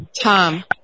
Tom